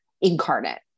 incarnate